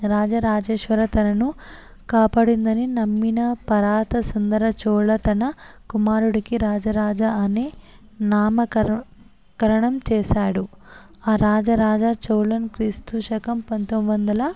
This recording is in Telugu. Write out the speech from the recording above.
రాజరాజేశ్వర తనను కాపాడిందని నమ్మిన పరాత సుందర చోళ తన కుమారుడికి రాజరాజ అని నామకర కరణం చేశాడు ఆ రాజరాజ చోళను క్రీస్తు శకం పంతొమ్మిది వందల